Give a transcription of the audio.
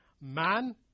man